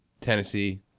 Tennessee